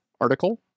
article